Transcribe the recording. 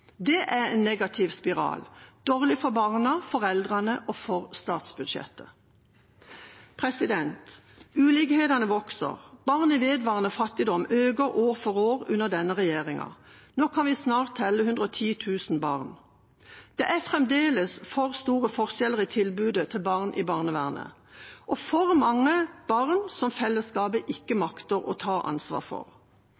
Det er en negativ spiral, dårlig for barna, for foreldrene og for statsbudsjettet. Ulikhetene vokser, barn i vedvarende fattigdom øker år for år under denne regjeringa. Nå kan vi snart telle 110 000 barn. Det er fremdeles for store forskjeller i tilbudet til barn i barnevernet og for mange barn som fellesskapet ikke